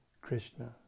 Krishna